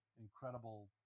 incredible